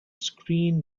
screen